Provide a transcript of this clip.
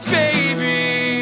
baby